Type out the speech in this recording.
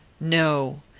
no.